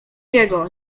jego